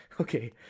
okay